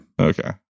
Okay